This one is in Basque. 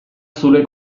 zure